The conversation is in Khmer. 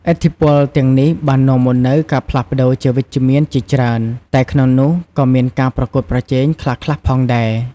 ឥទ្ធិពលទាំងនេះបាននាំមកនូវការផ្លាស់ប្ដូរជាវិជ្ជមានជាច្រើន តែក្នុងនោះក៏មានការប្រកួតប្រជែងខ្លះៗផងដែរ។